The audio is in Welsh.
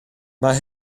mae